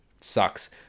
sucks